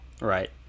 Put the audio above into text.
right